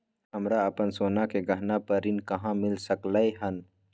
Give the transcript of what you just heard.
हमरा अपन सोना के गहना पर ऋण कहाॅं मिल सकलय हन?